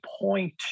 point